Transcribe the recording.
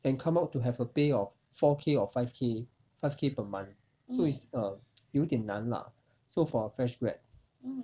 and come out to have a pay of four K or five K five K per month so it's err 有点难 lah so for a fresh grad